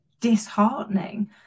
disheartening